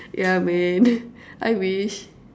yeah man I wish